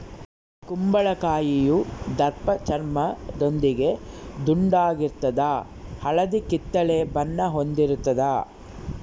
ಕುಂಬಳಕಾಯಿಯು ದಪ್ಪಚರ್ಮದೊಂದಿಗೆ ದುಂಡಾಗಿರ್ತದ ಹಳದಿ ಕಿತ್ತಳೆ ಬಣ್ಣ ಹೊಂದಿರುತದ